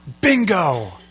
bingo